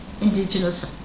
Indigenous